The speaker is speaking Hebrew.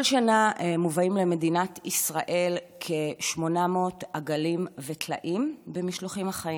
כל שנה מובאים למדינת ישראל כ-800,000 עגלים וטלאים במשלוחים החיים.